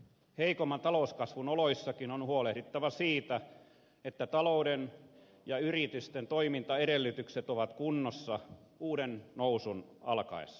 heikomman talouskasvun oloissakin on huolehdittava siitä että talouden ja yritysten toimintaedellytykset ovat kunnossa uuden nousun alkaessa